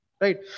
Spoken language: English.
Right